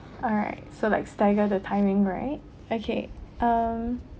alright so like stagger the timing right okay um